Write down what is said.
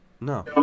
No